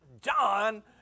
John